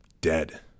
dead